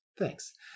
thanks